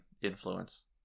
influence